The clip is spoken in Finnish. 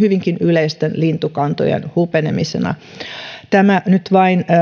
hyvinkin yleisten lintukantojen hupenemisena nämä nyt vain